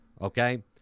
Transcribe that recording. Okay